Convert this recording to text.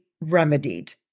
remedied